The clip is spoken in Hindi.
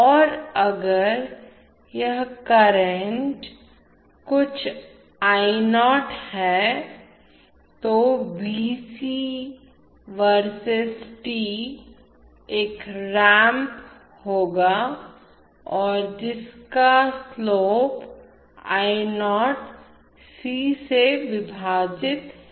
तो अगर यह करंट कुछ I0 है तो Vc वर्सेज t एक रैंप होगा और जिसका स्लोपढलान I0 c से विभाजित है